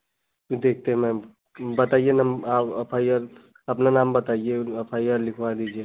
देखते हैं मैम बताइए मैम अब एफ आइ आर अपना नाम बताइए एफ आइ आर लिखवा दीजिये